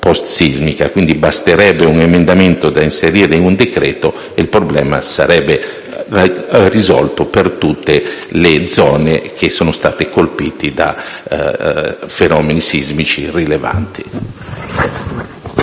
quindi un emendamento da inserire in un decreto e il problema sarebbe risolto per tutte le zone che sono state colpite da fenomeni sismici rilevanti.